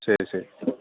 ശരി ശരി